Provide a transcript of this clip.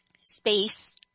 Space